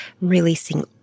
releasing